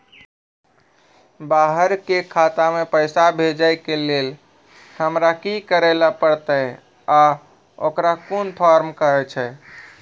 बाहर के खाता मे पैसा भेजै के लेल हमरा की करै ला परतै आ ओकरा कुन फॉर्म कहैय छै?